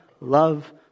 love